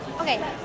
Okay